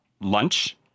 Lunch